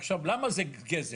עכשיו, למה זה גזל?